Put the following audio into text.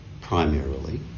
primarily